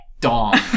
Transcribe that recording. dong